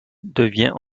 devient